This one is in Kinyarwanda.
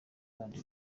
abandi